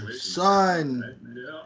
son